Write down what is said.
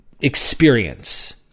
experience